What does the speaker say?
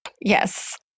yes